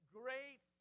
great